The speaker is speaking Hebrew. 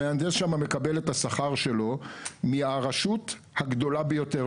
המהנדס שם מקבל את השכר שלו מהרשות הגדולה ביותר,